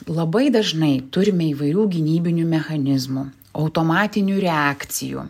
labai dažnai turime įvairių gynybinių mechanizmų automatinių reakcijų